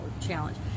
Challenge